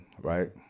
Right